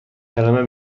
کلمه